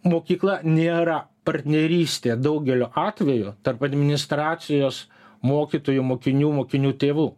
mokykla nėra partnerystė daugeliu atvejų tarp administracijos mokytojų mokinių mokinių tėvų